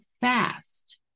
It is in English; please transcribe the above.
fast